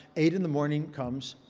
eight in the morning comes,